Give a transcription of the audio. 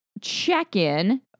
check-in